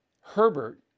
Herbert